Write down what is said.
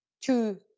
two